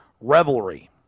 revelry